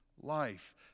life